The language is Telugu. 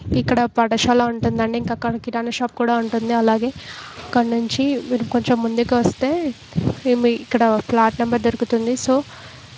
ఇక్కడ పాఠశాల ఉంటుంది అండి ఇంకా అక్కడ కిరాణా షాప్ కూడా ఉంటుంది అలాగే అక్కడ నుంచి మీరు కొంచెం ముందుకి వస్తే మీ ఇక్కడ ప్లాట్ నంబర్ దొరుకుతుంది సో